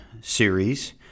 series